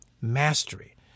mastery